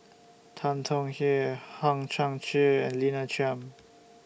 Tan Tong Hye Hang Chang Chieh Lina Chiam